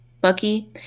Bucky